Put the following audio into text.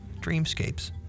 Dreamscapes